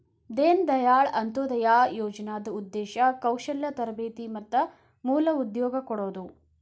ದೇನ ದಾಯಾಳ್ ಅಂತ್ಯೊದಯ ಯೋಜನಾದ್ ಉದ್ದೇಶ ಕೌಶಲ್ಯ ತರಬೇತಿ ಮತ್ತ ಮೂಲ ಉದ್ಯೋಗ ಕೊಡೋದು